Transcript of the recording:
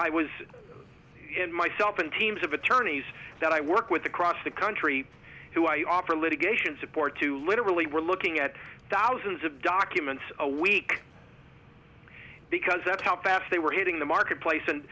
i was in my shop and teams of attorneys that i work with across the country who i offer litigation support to literally were looking at thousands of documents a week because that's how bad they were hitting the market place and